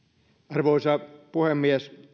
arvoisa puhemies